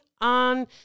on